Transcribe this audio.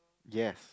yes